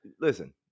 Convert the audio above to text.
Listen